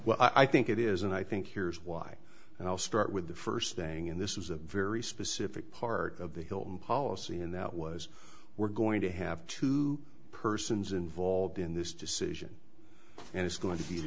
well i think it is and i think here is why i'll start with the first thing in this was a very specific part of the hilton policy and that was we're going to have two persons involved in this decision and it's going to